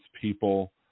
people